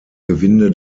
gewinde